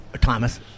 Thomas